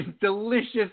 delicious